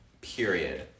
period